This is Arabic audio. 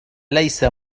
ليس